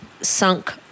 sunk